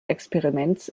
experiments